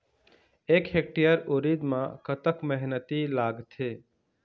एक हेक्टेयर उरीद म कतक मेहनती लागथे?